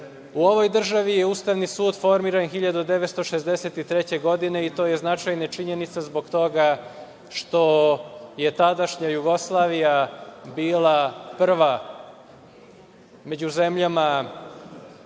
ovoj državi je Ustavni sud formiran 1963. godine i to je značajna činjenica zbog toga što je tadašnja Jugoslavija bila prva među zemljama